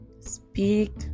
speak